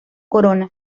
corona